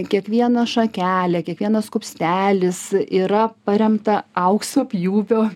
kiekviena šakelė kiekvienas kupstelis yra paremta aukso pjūvio